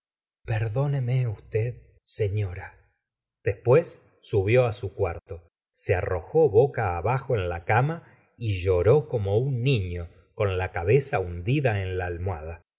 perdóneme usted señora después subió á su cuarto se arrojó boca abajo en la cama y lloró como un niño con la cabeza hundida en la almohada